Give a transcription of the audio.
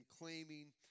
claiming